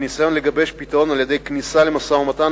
המנסה לגבש פתרון על-ידי כניסה למשא-ומתן